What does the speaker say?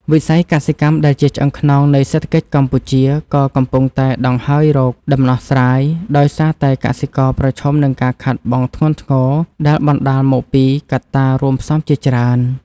វិស័យកសិកម្មដែលជាឆ្អឹងខ្នងនៃសេដ្ឋកិច្ចកម្ពុជា ក៏កំពុងតែដង្ហើយរកដំណោះស្រាយ ដោយសារតែកសិករប្រឈមនឹងការខាតបង់ធ្ងន់ធ្ងរដែលបណ្ដាលមកពីកត្តារួមផ្សំជាច្រើន។